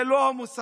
זה לא המוסר,